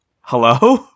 Hello